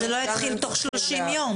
שלא יתחיל תוך 30 יום